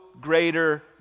greater